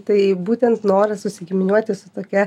tai būtent noras susigiminiuoti su tokia